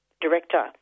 director